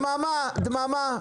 דממה,